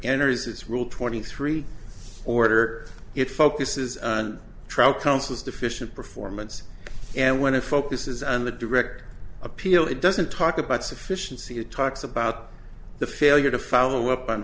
enters its rule twenty three order it focuses on trial counsel is deficient performance and when it focuses on the direct appeal it doesn't talk about sufficiency it talks about the failure to follow up on